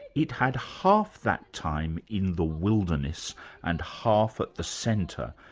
it had half that time in the wilderness and half at the centre,